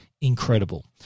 incredible